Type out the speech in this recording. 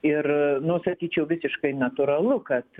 ir nu sakyčiau visiškai natūralu kad